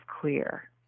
clear